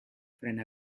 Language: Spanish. frena